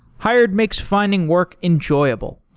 hired makes finding work enjoyable.